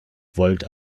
volt